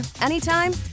anytime